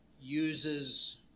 uses